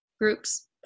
groups